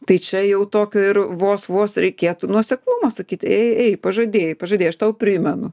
tai čia jau tokio ir vos vos reikėtų nuoseklumo sakyt ei ei pažadėjai pažadėjai aš tau primenu